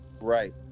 right